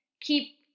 keep